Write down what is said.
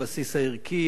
הבסיס הערכי,